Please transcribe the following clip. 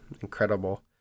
Incredible